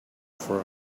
from